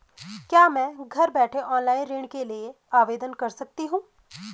क्या मैं घर बैठे ऑनलाइन ऋण के लिए आवेदन कर सकती हूँ?